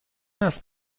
است